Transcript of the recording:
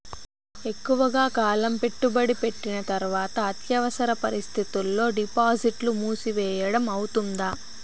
ఎక్కువగా కాలం పెట్టుబడి పెట్టిన తర్వాత అత్యవసర పరిస్థితుల్లో డిపాజిట్లు మూసివేయడం అవుతుందా?